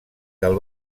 del